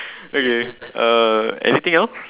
uh okay anything else